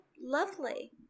lovely